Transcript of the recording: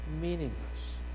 meaningless